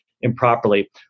improperly